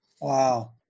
Wow